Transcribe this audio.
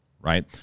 right